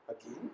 Again